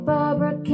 Barbara